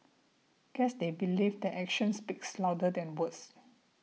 guess they believe that actions speaks louder than words